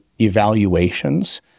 evaluations